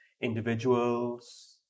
individuals